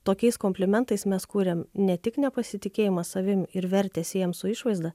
tokiais komplimentais mes kuriam ne tik nepasitikėjimą savim ir vertę siejam su išvaizda